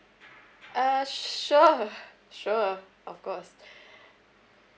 uh sure sure of course